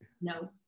No